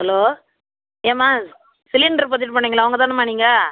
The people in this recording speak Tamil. ஹலோ ஏம்மா சிலிண்டர் பொருத்திவிட்டு போனீங்களே அவங்க தானேம்மா நீங்கள்